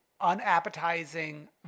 unappetizing